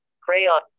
Crayon